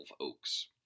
oaks